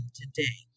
today